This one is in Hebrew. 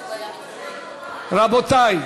רבותי,